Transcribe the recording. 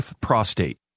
prostate